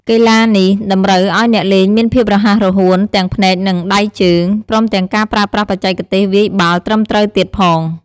កីឡានេះតម្រូវឱ្យអ្នកលេងមានភាពរហ័សរហួនទាំងភ្នែកនិងដៃជើង ព្រមទាំងការប្រើប្រាស់បច្ចេកទេសវាយបាល់ត្រឹមត្រូវទៀតផង។